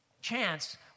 chance